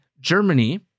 Germany